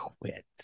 quit